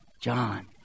John